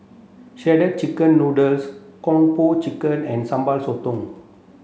shredded chicken noodles Kung Po Chicken and Sambal Sotong